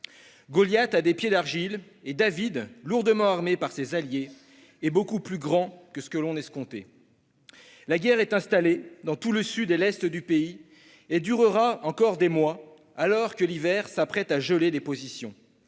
Goliath a des pieds d'argile et David, lourdement armé par ses alliés, est beaucoup plus grand qu'escompté. La guerre est installée dans tout le sud et l'est du pays et durera encore des mois, alors que l'hiver s'apprête à geler les positions.